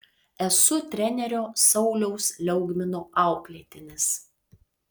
esu trenerio sauliaus liaugmino auklėtinis